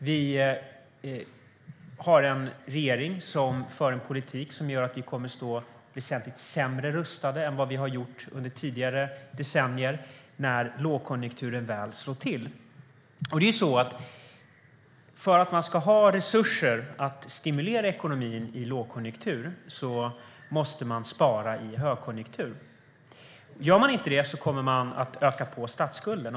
Vi har en regering som för en politik som gör att vi kommer att stå väsentligt sämre rustade än vad vi har gjort under tidigare decennier när lågkonjunkturen väl slår till. För att man ska ha resurser att stimulera ekonomin i lågkonjunktur måste man spara i högkonjunktur. Gör man inte det kommer man att öka på statsskulden.